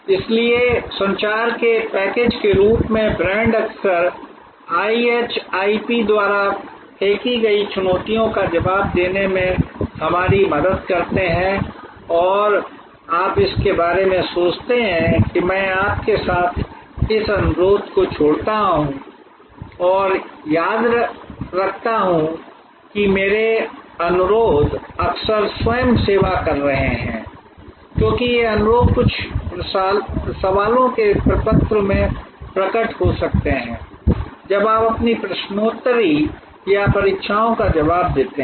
इसलिए संचार के एक पैकेज के रूप में ब्रांड अक्सर IHIP द्वारा फेंकी गई चुनौतियों का जवाब देने में हमारी मदद करते हैं और आप इसके बारे में सोचते हैं कि मैं आपके साथ इस अनुरोध को छोड़ देता हूं और याद रखता हूं कि मेरे अनुरोध अक्सर स्वयं सेवा कर रहे हैं क्योंकि ये अनुरोध कुछ सवालों के प्रपत्र में प्रकट हो सकते हैं जब आप अपनी प्रश्नोत्तरी या परीक्षाओं का जवाब देते हैं